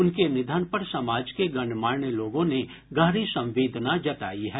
उनके निधन पर समाज के गणमान्य लोगों ने गहरी संवेदना जतायी है